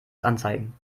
anzeigen